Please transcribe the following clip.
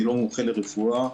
ואני לא מומחה לרפואה,